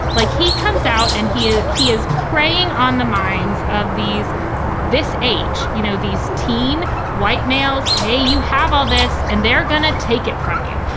like he comes out and he ah he is preying on the minds of these this age, you know, these teen white males, hey, you have all this and they're going to take it from you.